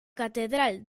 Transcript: catedral